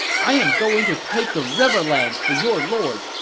i am going to take the riverlands for your lord.